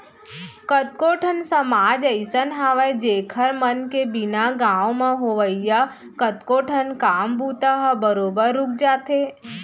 कतको ठन समाज अइसन हावय जेखर मन के बिना गाँव म होवइया कतको ठन काम बूता ह बरोबर रुक जाथे